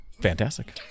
Fantastic